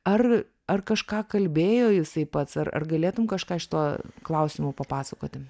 ar ar kažką kalbėjo jisai pats ar ar galėtum kažką iš to klausimų papasakoti